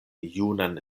junan